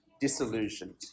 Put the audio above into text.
disillusioned